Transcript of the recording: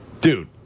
Dude